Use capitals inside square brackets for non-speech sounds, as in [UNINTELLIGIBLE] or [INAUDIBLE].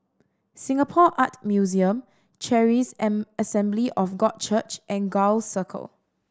Singapore Art Museum Charis [UNINTELLIGIBLE] Assembly of God Church and Gul Circle